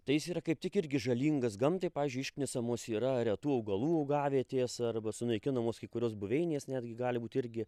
tai jis yra kaip tik irgi žalingas gamtai pavyzdžiui išknisamos yra retų augalų augavietės arba sunaikinamos kai kurios buveinės netgi gali būt irgi